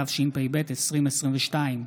התשפ"ב 2022,